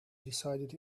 decided